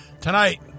Tonight